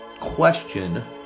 question